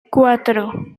cuatro